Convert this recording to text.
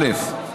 א.